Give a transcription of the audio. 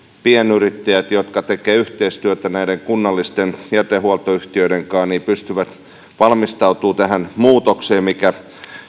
pienyrittäjät jotka tekevät yhteistyötä näiden kunnallisten jätehuoltoyhtiöiden kanssa pystyvät valmistautumaan tähän muutokseen mikä